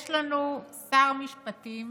יש לנו שר משפטים